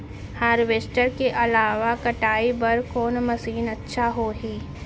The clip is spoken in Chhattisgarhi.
हारवेस्टर के अलावा कटाई बर कोन मशीन अच्छा होही?